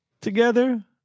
Together